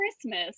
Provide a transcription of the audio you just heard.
Christmas